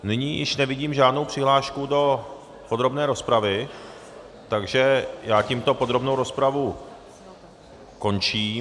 Nyní již nevidím žádnou přihlášku do podrobné rozpravy, takže já tímto podrobnou rozpravu končím.